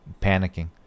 panicking